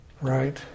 right